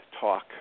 talk